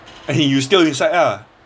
as in you still inside lah